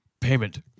payment